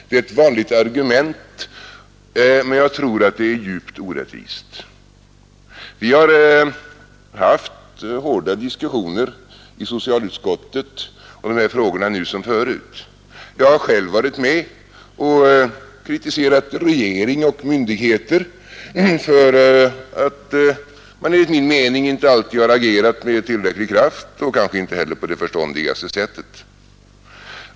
Det är ett vanligt argument, men jag tror att det är djupt orättvist. Vi har haft hårda diskussioner i socialutskottet om de här frågorna, nu som förut. Jag har själv varit med och kritiserat regering och myndigheter för att de enligt min mening inte alltid agerat med tillräcklig kraft och kanske inte heller på det förståndigaste sättet.